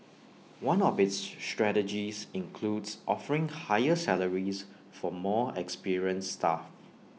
one of its strategies includes offering higher salaries for more experienced staff